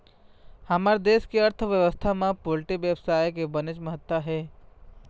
हमर देश के अर्थबेवस्था म पोल्टी बेवसाय के बनेच महत्ता हे